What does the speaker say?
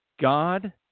God